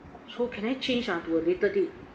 so can I change ah to a later date